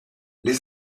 les